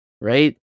Right